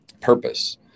purpose